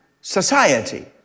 society